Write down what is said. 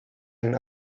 and